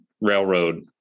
railroad